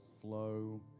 flow